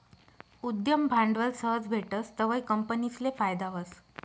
उद्यम भांडवल सहज भेटस तवंय कंपनीसले फायदा व्हस